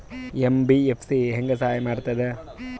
MBFC ಹೆಂಗ್ ಸಹಾಯ ಮಾಡ್ತದ?